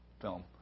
film